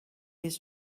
his